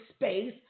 space